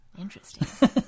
Interesting